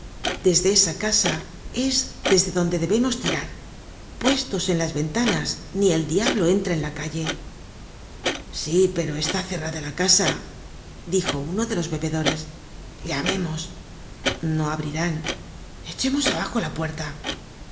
desde esa casa es desde donde debemos tirar puestos en las ventanas ni el diablo entra en la calle sí pero está cerrada la casa dijo uno de los bebedores llamemos no abrirán echemos abajo la puerta le